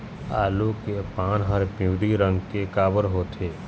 आलू के पान हर पिवरी रंग के काबर होथे?